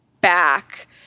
back